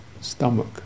stomach